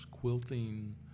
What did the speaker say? quilting